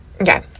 Okay